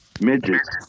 midgets